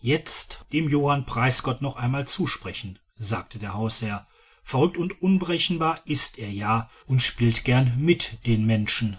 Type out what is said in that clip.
jetzt dem johann preisgott noch einmal zusprechen sagte der hausherr verrückt und unberechenbar ist er ja und spielt gern mit den menschen